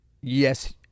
Yes